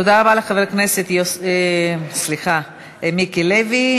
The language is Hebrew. תודה רבה לחבר הכנסת מיקי לוי.